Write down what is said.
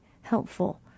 helpful